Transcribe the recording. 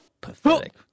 Pathetic